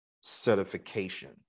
certification